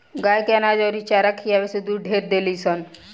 गाय के अनाज अउरी चारा खियावे से दूध ढेर देलीसन